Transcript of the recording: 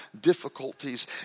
difficulties